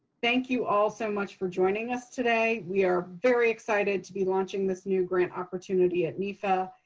thank you all so much for joining us today. we are very excited to be launching this new grant opportunity at nefa.